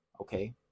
okay